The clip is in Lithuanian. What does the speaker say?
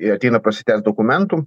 jie ateina prasitęst dokumentų